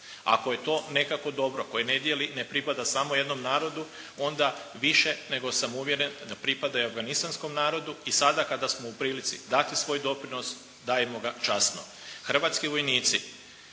Ako je to nekako dobro ne dijeli, ne pripada samo jednom narodu, onda više nego sam uvjeren da pripada i afganistanskom narodu. I sada kada smo u prilici dati svoj doprinos dajemo ga časno. Hrvatski vojnici